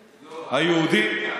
היהודי.